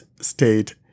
state